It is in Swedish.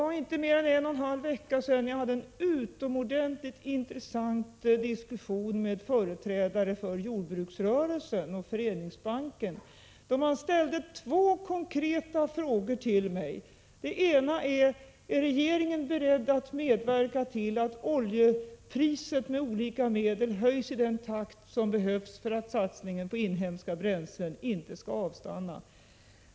För inte mer än en och en halv vecka sedan hade jag en utomordentligt intressant diskussion med företrädare för jordbruksrörelsen och Föreningsbanken, där det ställdes två konkreta frågor till mig. Den ena var: Är regeringen beredd att medverka till att oljepriset med olika medel höjs i den takt som behövs för att satsningen på inhemska bränslen inte skall avstanna?